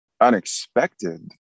Unexpected